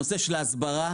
נושא ההסברה,